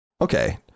Okay